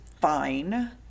fine